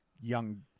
young